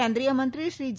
કેન્દ્રીય મંત્રી શ્રી જે